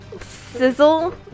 Sizzle